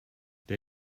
der